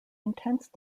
intense